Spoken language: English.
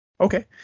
Okay